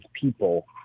people